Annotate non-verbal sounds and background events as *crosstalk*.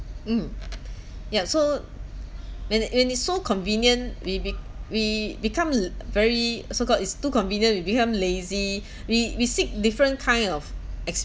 mm *breath* ya so when it when it's so convenient we we we become la~ very so called it's too convenient we become lazy *breath* we we seek different kind of